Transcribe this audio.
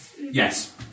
Yes